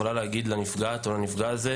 לומר לנפגע או הנפגעת הזה?